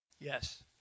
Yes